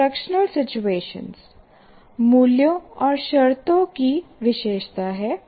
instructional situation मूल्यों और शर्तों की विशेषता है